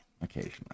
Occasionally